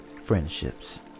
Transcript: friendships